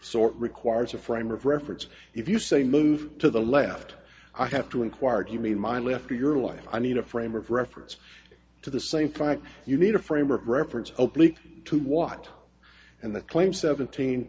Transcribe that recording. sort requires a frame of reference if you say move to the left i have to enquire do you mean my left or your life i need a frame of reference to the same fact you need a frame of reference oh please two watt and the claim seventeen